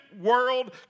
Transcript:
world